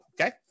Okay